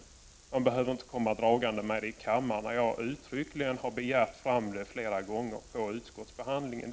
1989/90:26 inte komma dragande med det i kammaren när jag uttryckligen har begärt 15 november 1989 fram materialet flera gånger under utskottsbehandlingen.